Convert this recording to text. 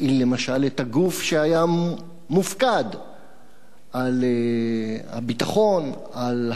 את הגוף שהיה מופקד על הביטחון על העורף,